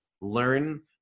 Learn